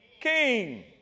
king